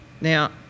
now